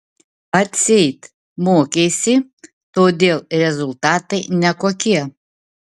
atseit mokeisi todėl rezultatai nekokie